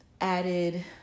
added